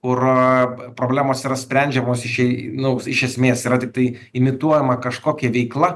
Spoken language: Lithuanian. kur problemos yra sprendžiamos išei nu iš esmės yra tiktai imituojama kažkokia veikla